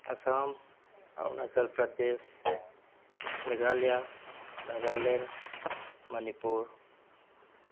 Assam Arunachal Pradesh Meghalaya Nagaland Manipur